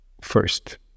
first